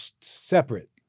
separate